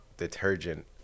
detergent